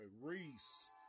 Reese